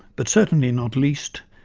but certainly not least,